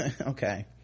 Okay